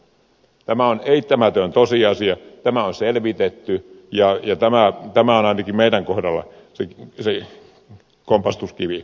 tämä on eittämätön tosiasia tämä on selvitetty ja tämä on ainakin meidän kohdallamme se kompastuskivi